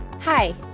Hi